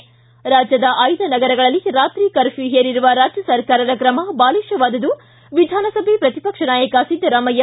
ಿ ರಾಜ್ಯದ ಆಯ್ದ ನಗರಗಳಲ್ಲಿ ರಾತ್ರಿ ಕರ್ಫ್ಯೂ ಹೇರಿರುವ ರಾಜ್ಯ ಸರ್ಕಾರದ ಕ್ರಮ ಬಾಲಿಷವಾದುದು ವಿಧಾನಸಭೆ ಪ್ರತಿಪಕ್ಷ ನಾಯಕ ಸಿದ್ದರಾಮಯ್ಯ